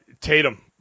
Tatum